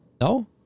no